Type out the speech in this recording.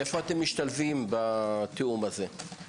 איפה אתם משתלבים בתיאום הזה?